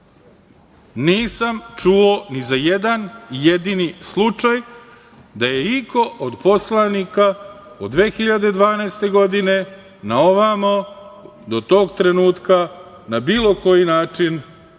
Nisam čuo ni za jedna jedni slučaj da je iko od poslanika od 2012. godine na ovamo do tog trenutka na bilo koji način